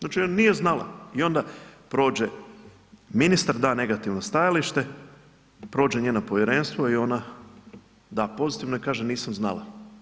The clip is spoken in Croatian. Znači, nije znala i onda prođe, ministar da negativno stajalište, prođe njeno povjerenstvo i onda da pozitivno i kaže nisam znala.